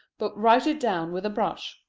but write it down with a brush.